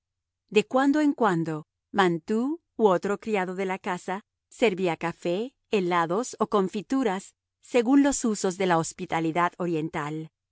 de cuando en cuando mantoux u otro criado de la casa servía café helados o confituras según los usos de la hospitalidad oriental